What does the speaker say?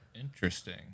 Interesting